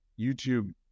YouTube